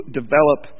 develop